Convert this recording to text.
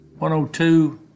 102